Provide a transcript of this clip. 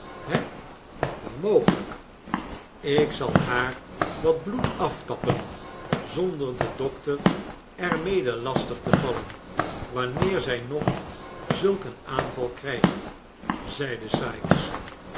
he wel mogelijk olivier twist ik zal haar wat bloed aftappen zonder den dokter er mede lastig te vallen wanneer zij nog zulk een aanval krijgt zeide sikes